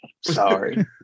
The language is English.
Sorry